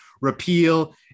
repeal